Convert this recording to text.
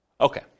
Okay